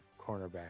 cornerback